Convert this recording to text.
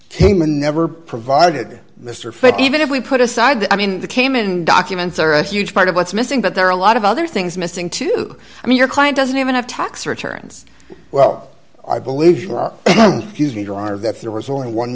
hema never provided mr foote even if we put aside the i mean the cayman documents are a huge part of what's missing but there are a lot of other things missing too i mean your client doesn't even have tax returns well i believe that there was only one